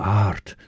art